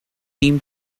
seem